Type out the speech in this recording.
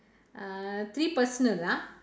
uh three personal ah